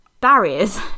barriers